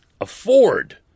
afford